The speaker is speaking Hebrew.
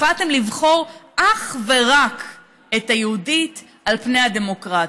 החלטתם לבחור אך ורק את היהודית על פני הדמוקרטית.